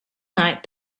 night